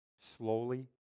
Slowly